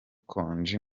konji